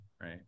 right